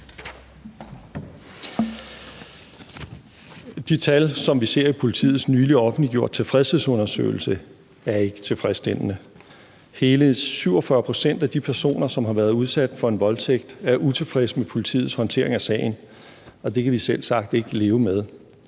De tal, som vi ser i politiets nylig offentliggjorte tilfredshedsundersøgelse, er ikke tilfredsstillende. Hele 47 pct. af de personer, som har været udsat for en voldtægt, er utilfredse med politiets håndtering af sagen, og det kan vi selvsagt ikke leve med.